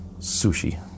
Sushi